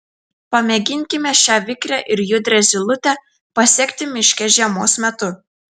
pamėginkime šią vikrią ir judrią zylutę pasekti miške žiemos metu